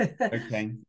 Okay